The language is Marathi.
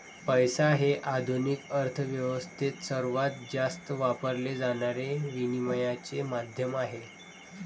पैसा हे आधुनिक अर्थ व्यवस्थेत सर्वात जास्त वापरले जाणारे विनिमयाचे माध्यम आहे